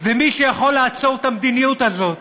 ומי שיכול לעצור את המדיניות הזאת